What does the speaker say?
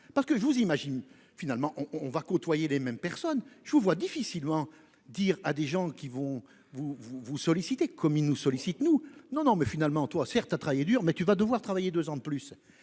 Parce que je vous imagine finalement on on va côtoyer les mêmes personnes. Je vous vois difficilement dire à des gens qui vont vous vous vous sollicitez comme ils nous sollicitent, nous non non mais finalement toi certes à travailler dur. Mais tu vas devoir travailler 2 ans de plus